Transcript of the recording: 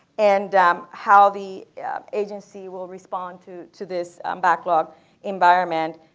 and how the agency will respond to to this backlog environment.